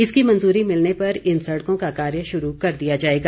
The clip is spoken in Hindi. इसकी मंजूरी मिलने पर इन सड़कों का कार्य शुरू कर दिया जाएगा